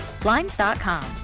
Blinds.com